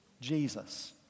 Jesus